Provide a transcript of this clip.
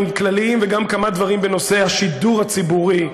כלליים וגם כמה דברים בנושא השידור הציבורי,